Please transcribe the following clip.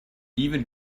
even